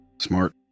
Smart